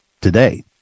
today